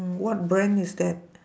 mm what brand is that